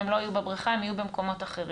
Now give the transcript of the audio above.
אם הם לא יהיו בבריכה הם יהיו במקומות אחרים.